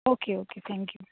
okay okay thank you